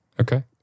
Okay